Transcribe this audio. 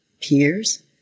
peers